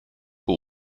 who